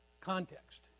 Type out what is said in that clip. context